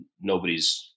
nobody's